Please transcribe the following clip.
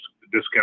discount